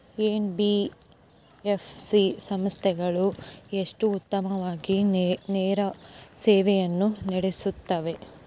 NBFC ಸಂಸ್ಥೆಗಳು ಎಷ್ಟು ಉತ್ತಮವಾಗಿ ಸೇವೆಯನ್ನು ನೇಡುತ್ತವೆ?